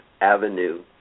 Avenue